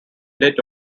late